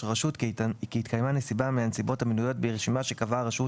הרשות כי התקיימה נסיבה מהנסיבות המנויות ברשימה שקבעה הרשות